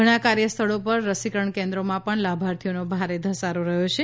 ઘણા કાર્યસ્થળો પર રસીકરણ કેન્દ્રોમાં પણ લાભાર્થીઓનો ભારે ધસારો રહ્યો છે